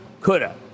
coulda